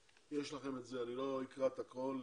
יש לכם את זה, אני לא אקרא את הכול,